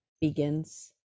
begins